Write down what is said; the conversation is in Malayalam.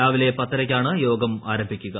രാവിലെ പത്തരയ്ക്കാണ് യോഗം ആരംഭിക്കുക